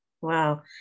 Wow